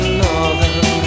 northern